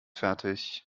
fertig